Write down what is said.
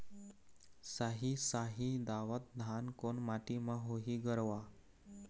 साही शाही दावत धान कोन माटी म होही गरवा?